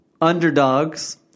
underdogs